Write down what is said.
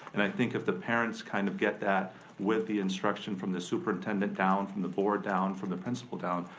and i think if the parents kind of get that with the instruction from the superintendent down, from the board down, from the principal down,